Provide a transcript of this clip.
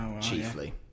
chiefly